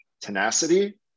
tenacity